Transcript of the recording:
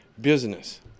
business